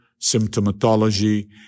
symptomatology